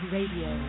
Radio